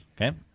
Okay